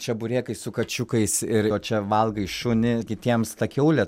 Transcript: čeburekai su kačiukais ir o čia valgai šunį kitiems ta kiaulė